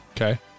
okay